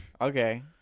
Okay